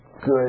good